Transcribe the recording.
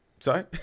Sorry